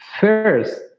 first